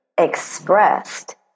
expressed